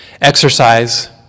Exercise